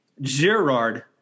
Gerard